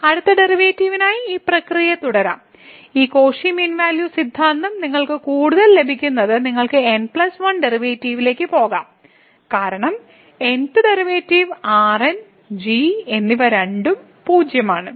അടുത്ത ഡെറിവേറ്റീവിനായി ഈ പ്രക്രിയ തുടരാം ഈ കോഷി മീൻ വാല്യൂ സിദ്ധാന്തം നിങ്ങൾക്ക് കൂടുതൽ ലഭിക്കുന്നത് നിങ്ങൾക്ക് n 1 ഡെറിവേറ്റീവിലേക്ക് പോകാം കാരണം n th derivative Rn g എന്നിവ രണ്ടും 0 ആണ്